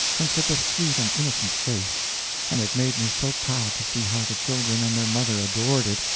and such a sweet and innocent face and it made me so proud to see how the children and their mother adored it,